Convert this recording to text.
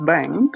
Bank